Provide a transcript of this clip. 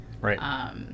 right